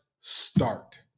start